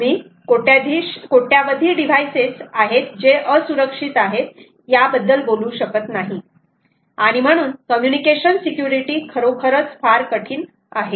तुम्ही कोट्यावधी डिव्हाइसेस आहेत जे असुरक्षित आहेत त्याबद्दल बोलू शकत नाही आणि म्हणून कम्युनिकेशन सिक्युरिटी खरोखरच फार कठीण आहे